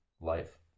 life